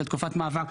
של תקופת מעבר,